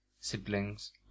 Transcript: siblings